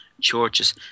churches